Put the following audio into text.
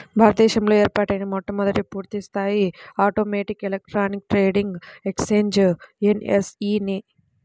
భారత దేశంలో ఏర్పాటైన మొట్టమొదటి పూర్తిస్థాయి automatic electronic trading exchange NSE నే